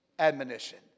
admonition